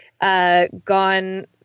Gone